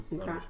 okay